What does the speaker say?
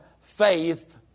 faith